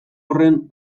horren